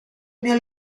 mio